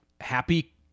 Happy